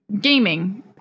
gaming